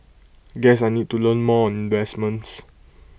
guess I need to learn more on investments